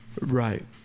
Right